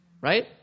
right